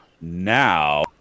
now